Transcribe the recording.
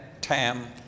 Tam